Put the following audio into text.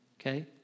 okay